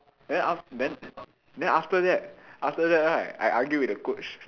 then aft~ then then after that after that right I argue with the coach